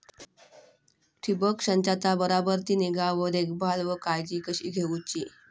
ठिबक संचाचा बराबर ती निगा व देखभाल व काळजी कशी घेऊची हा?